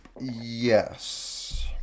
Yes